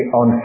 on